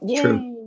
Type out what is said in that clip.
True